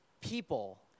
people